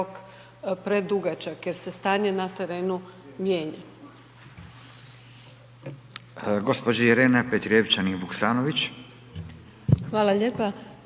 Hvala lijepo.